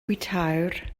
bwytäwr